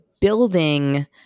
building